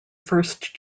first